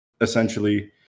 essentially